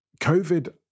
COVID